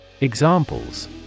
Examples